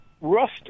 Rust